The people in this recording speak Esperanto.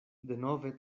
denove